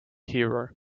hero